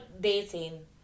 dating